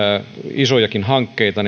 isojakin hankkeita